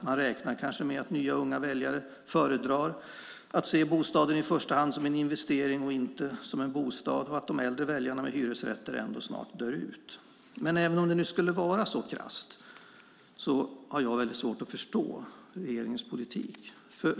Man räknar kanske med att nya unga väljare föredrar att se bostaden i första hand som en investering och inte som en bostad och att de äldre väljarna med hyresrätter ändå snart dör ut. Även om det skulle vara så krasst har jag svårt att förstå regeringens politik.